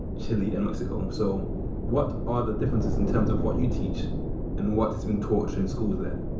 chile and mexico. so what are the differences in terms of what you teach and what has been taught in schools there?